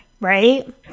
right